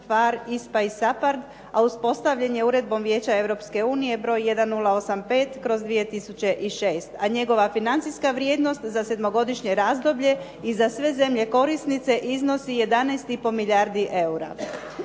PHARE, ISPA i SAPARD a uspostavljen je uredbom Vijeća Europske unije broj 1085/2006 a njegova financijska vrijednost za sedmogodišnje razdoblje i za sve zemlje korisnice iznosi 11,5 milijardi eura.